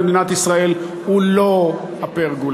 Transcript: במדינת ישראל הוא לא הפרגולה,